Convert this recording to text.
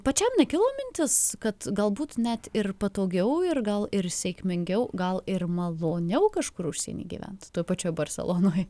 pačiam nekilo mintis kad galbūt net ir patogiau ir gal ir sėkmingiau gal ir maloniau kažkur užsieny gyvent toj pačioj barselonoj